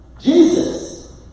Jesus